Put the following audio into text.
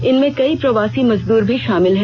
इनमें कई प्रवासी मजदूर भी शामिल हैं